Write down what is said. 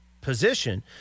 position